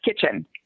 kitchen